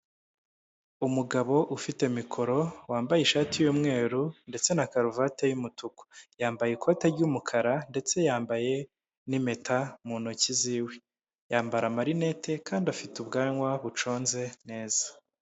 Umugabo ufite mikoro wambaye ishati y'umweru ndetse na karuvati y'umutuku yambaye ikoti ry'umukara ndetse yambaye n'impeta mu ntoki ziwe yambara amarineti kandi afite ubwanwa buconze neza.